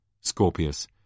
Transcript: Scorpius